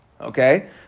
okay